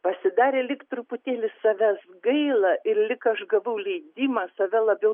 prasitarė lyg truputėlį savęs gaila ir lyg aš gavau leidimą save labiau